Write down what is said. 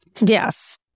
Yes